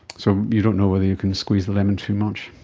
so you don't know whether you can squeeze the lemon too much.